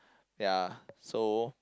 ya so